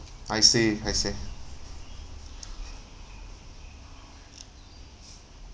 I see I see